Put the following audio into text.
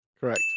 Correct